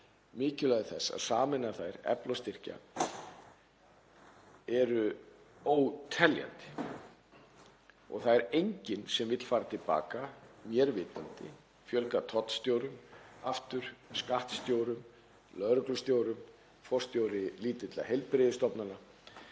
mikilvægi þess að sameina þær, efla, styrkja, eru óteljandi og það er enginn sem vill fara til baka mér af vitandi; að fjölga tollstjórum aftur, skattstjórum, lögreglustjórum, forstjórum lítilla heilbrigðisstofnana.